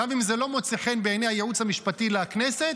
גם אם זה לא מוצא חן בעיני הייעוץ המשפטי לכנסת.